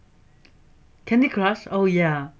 candy crush oh yeah